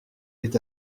est